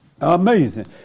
Amazing